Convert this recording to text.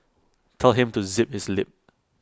tell him to zip his lip